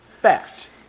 Fact